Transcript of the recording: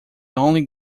only